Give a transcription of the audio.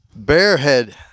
Bearhead